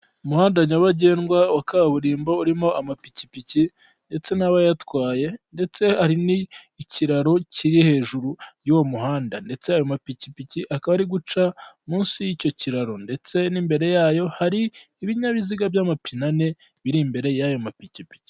Umuhanda nyabagendwa wa kaburimbo urimo amapikipiki ndetse n'abayatwaye ndetse hari n'ikirararo kiri hejuru y'uwo muhanda ndetse ayo mapikipiki akaba ari guca munsi y'icyo kiraro ndetse n'imbere yayo hari ibinyabiziga by'amapine ane biri imbere y'ayo mapikipiki.